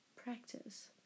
Practice